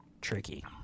tricky